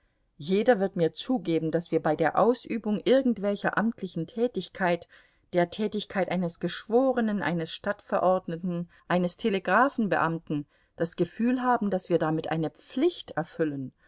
jeder wird mir zugeben daß wir bei der ausübung irgendwelcher amtlichen tätigkeit der tätigkeit eines geschworenen eines stadtverordneten eines telegrafenbeamten das gefühl haben daß wir damit eine pflicht erfüllen